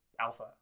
Alpha